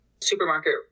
supermarket